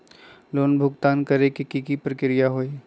Loan भुगतान करे के की की प्रक्रिया होई?